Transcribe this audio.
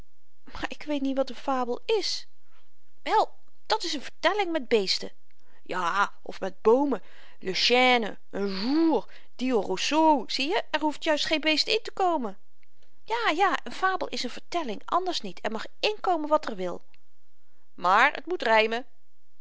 maar ik weet niet wat n fabel is wel dat s n vertelling met beesten ja of met boomen le chêne un jour dit au roseau zieje er hoeft juist geen beest in te komen ja ja n fabel is n vertelling anders niet er mag inkomen wat r wil maar t moet rymen